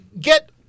get